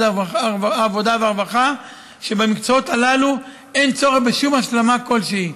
העבודה והרווחה שבמקצועות הללו אין צורך בשום השלמה כלשהי.